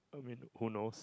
i mean who knows